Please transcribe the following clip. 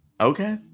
Okay